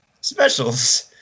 Specials